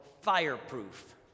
fireproof